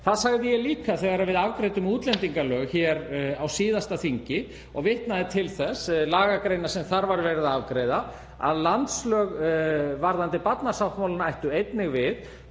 Það sagði ég líka þegar við afgreiddum útlendingalög hér á síðasta þingi og vitnaði til lagagreinar sem þar var verið að afgreiða, að landslög varðandi barnasáttmálann ættu einnig við.